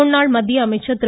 முன்னாள் மத்திய அமைச்சர் திரு